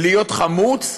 להיות חמוץ?